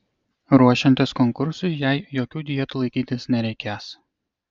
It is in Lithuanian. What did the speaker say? ruošiantis konkursui jai jokių dietų laikytis nereikės